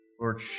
Lord